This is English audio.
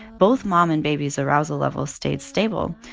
both mom and baby's arousal levels stayed stable.